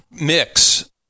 mix